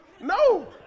No